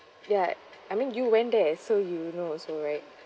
ya I mean you went there so you know also right